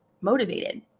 motivated